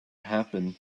happen